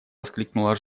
воскликнула